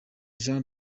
jean